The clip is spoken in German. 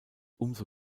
umso